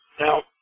Now